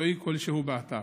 מקצועי כלשהו באתר,